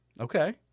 Okay